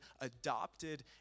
adopted